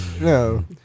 No